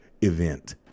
event